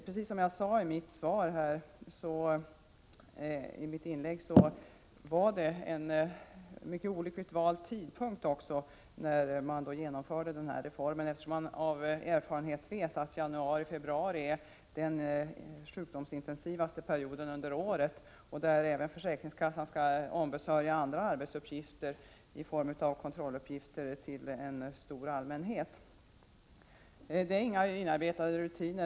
Precis som jag sade i mitt inlägg genomfördes reformen vid en mycket olyckligt vald tidpunkt, eftersom man av erfarenhet vet att januari och februari är den sjukdomsintensivaste perioden under året. Under den tiden skall försäkringskassan även ombesörja andra arbetsuppgifter i form av kontrolluppgifter till en stor allmänhet. Här finns inga inarbetade rutiner.